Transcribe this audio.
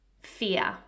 fear